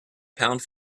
pound